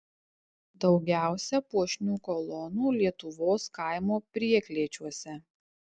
daugiausia puošnių kolonų lietuvos kaimo prieklėčiuose